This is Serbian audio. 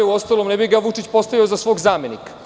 Uostalom, ne bi ga Vučić postavio za svog zamenika.